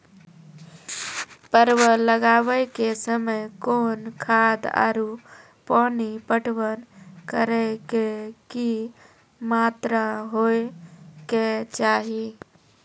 परवल लगाबै के समय कौन खाद आरु पानी पटवन करै के कि मात्रा होय केचाही?